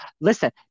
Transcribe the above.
Listen